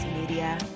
Media